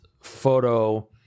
photo